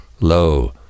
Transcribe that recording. Lo